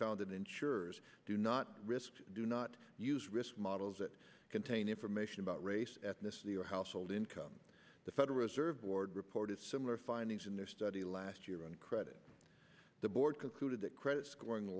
that insurers do not risk do not use risk models that contain information about race ethnicity or household income the federal reserve board reported similar findings in their study last year on credit the board concluded that credit scoring